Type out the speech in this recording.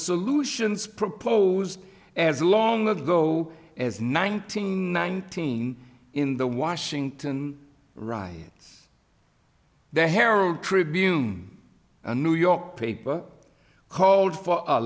solutions proposed as long ago as nineteen nineteen in the washington riots the herald tribune a new york paper called for a